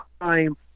time